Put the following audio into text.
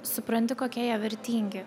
supranti kokie jie vertingi